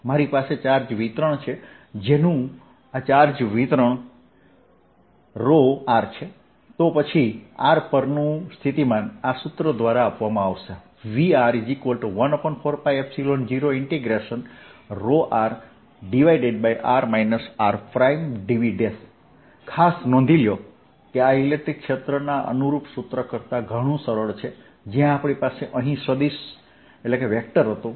મારી પાસે ચાર્જ વિતરણ છે જેનું આ ચાર્જ વિતરણ ρ છે તો પછી r પરનું સ્થિતિમાન આ સૂત્ર દ્વારા આપવામાં આવશે Vr14π0ρ|r r|dV ખાસ નોંધી લો કે આ ઇલેક્ટ્રિક ક્ષેત્રના અનુરૂપ સૂત્ર કરતાં સરળ છે જ્યાં આપણી પાસે અહીં સદિશ હતું